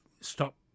stop